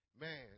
Man